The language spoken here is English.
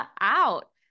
out